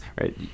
right